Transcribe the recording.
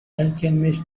alchemist